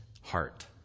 heart